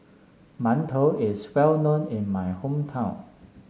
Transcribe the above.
Mantou is well known in my hometown